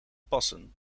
passen